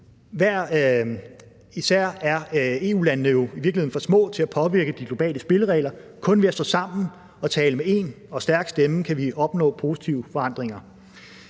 virkeligheden for små til at påvirke de globale spilleregler. Kun ved at stå sammen og tale med én og stærk stemme kan vi opnå positive forandringer.